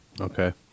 Okay